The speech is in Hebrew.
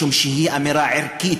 משום שהיא אמירה ערכית,